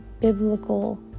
biblical